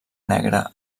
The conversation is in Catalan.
negra